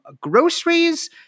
groceries